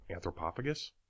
Anthropophagus